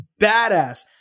badass